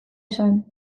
esan